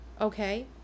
Okay